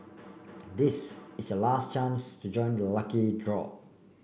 this is your last chance to join the lucky draw